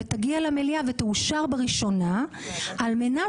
ותגיע למליאה ותאושר בראשונה על מנת